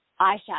eyeshadow